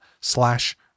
slash